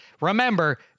remember